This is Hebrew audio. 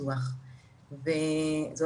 המציאות